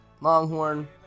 Longhorn